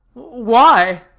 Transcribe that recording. why?